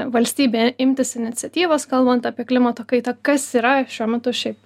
valstybė imtis iniciatyvos kalbant apie klimato kaitą kas yra šiuo metu šiaip